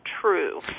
true